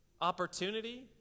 opportunity